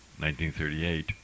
1938